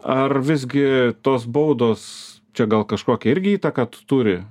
ar visgi tos baudos čia gal kažkokią irgi įtaką turi